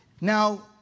Now